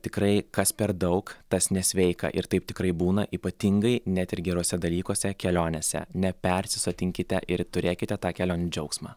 tikrai kas per daug tas nesveika ir taip tikrai būna ypatingai net ir geruose dalykuose kelionėse nepersisotinkite ir turėkite tą kelionių džiaugsmą